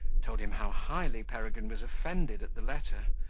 told him how highly peregrine was offended at the letter,